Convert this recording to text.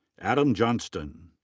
adam johnston.